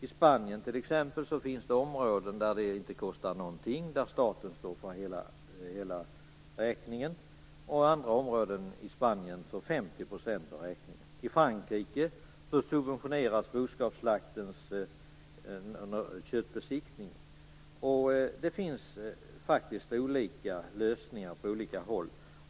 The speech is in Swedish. I Spanien, t.ex., finns det områden där det inte kostar någonting och staten står för hela räkningen. I andra områden i Spanien svarar staten för 50 % av räkningen. I Frankrike subventioneras köttbesiktningen. Det finns faktiskt olika lösningar på olika håll.